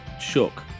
shook